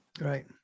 Right